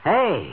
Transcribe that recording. Hey